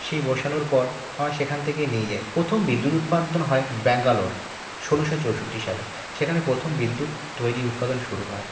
সেই বসানোর পর হয় সেখান থেকে নিয়ে যাই প্রথম বিদ্যুৎ উৎপাদন হয় ব্যাঙ্গালোর ষোলোশো চৌষোট্টি সালে সেখানে প্রথম বিদ্যুৎ তৈরি উৎপাদন শুরু হয়